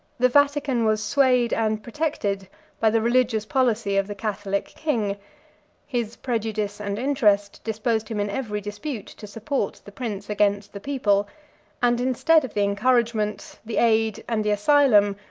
the vatican was swayed and protected by the religious policy of the catholic king his prejudice and interest disposed him in every dispute to support the prince against the people and instead of the encouragement, the aid, and the asylum,